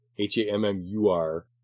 H-A-M-M-U-R